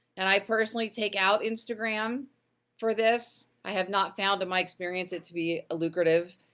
and i personally take out instagram for this, i have not found in my experience it to be a lucrative,